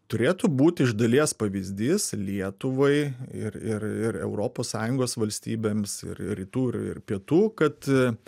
turėtų būti iš dalies pavyzdys lietuvai ir ir ir europos sąjungos valstybėms ir ir rytų ir pietų kad